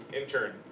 intern